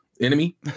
enemy